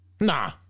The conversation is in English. Nah